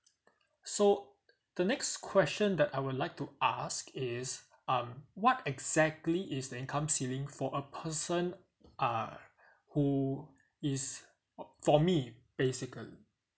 so the next question that I would like to ask is um what exactly is the income ceiling for a person uh who is for me basically